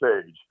stage